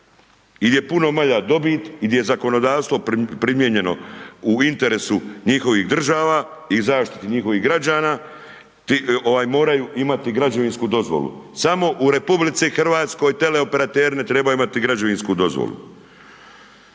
i gdje je puno manja dobit i gdje je zakonodavstvo primijenjeno u interesu njihovih država i zaštiti njihovih građana moraju imati građevinsku dozvolu. Samo u RH teleoperateri ne trebaju imati građevinsku dozvolu.